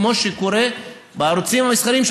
כמו שקורה בערוצים המסחריים,